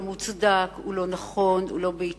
הוא לא מוצדק, הוא לא נכון, הוא לא בעיתוי.